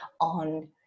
on